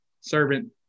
servant